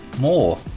more